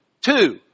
Two